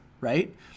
right